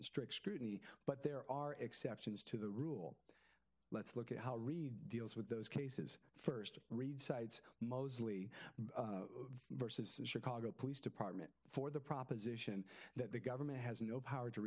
group strict scrutiny but there are exceptions to the rule let's look at how reid deals with those cases first read sides mosley versus the chicago police department for the proposition that the government has no power to